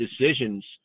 decisions